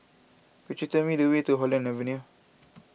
could you tell me the way to Holland Avenue